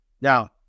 now